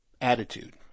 attitude